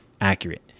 accurate